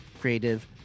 creative